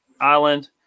Island